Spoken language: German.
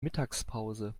mittagspause